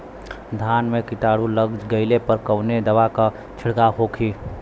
धान में कीटाणु लग गईले पर कवने दवा क छिड़काव होई?